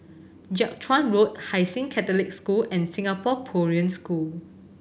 Jiak Chuan Road Hai Sing Catholic School and Singapore Korean School